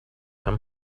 him